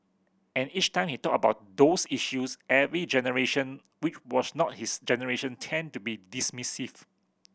and each time he talked about those issues every generation which was not his generation tended to be dismissive